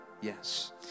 yes